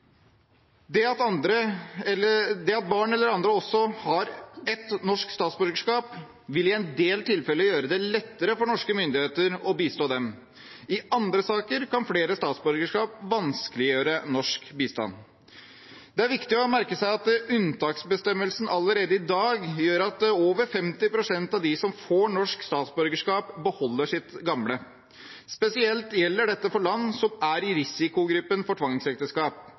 barn eller andre også har et norsk statsborgerskap, vil i en del tilfeller gjøre det lettere for norske myndigheter å bistå dem. I andre saker kan flere statsborgerskap vanskeliggjøre norsk bistand. Det er viktig å merke seg at unntaksbestemmelsen allerede i dag gjør at over 50 pst. av dem som får norsk statsborgerskap, beholder sitt gamle. Spesielt gjelder dette for land som er i risikogruppen for tvangsekteskap.